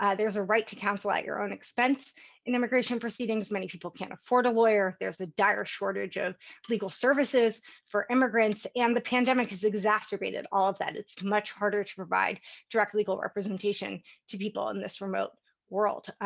ah there's a right to counsel at your own expense in immigration proceedings. many people can't afford a lawyer. there's a dire shortage of legal services for immigrants. and the pandemic has exacerbated all of that. it's much harder to provide direct legal representation to people in this remote world.